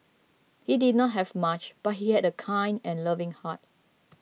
he did not have much but he had a kind and loving heart